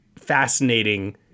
fascinating